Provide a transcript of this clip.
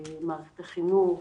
מערכת החינוך,